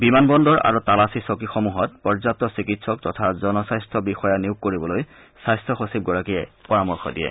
বিমানবন্দৰ আৰু তালাচী চকীসমূহত পৰ্যাপ্ত চিকিৎসক তথা জনস্বাস্থ্য বিষয়া নিয়োগ কৰিবলৈ স্বাস্থ সচিবগৰাকীয়ে পৰামৰ্শ দিয়ে